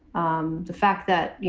um the fact that, yeah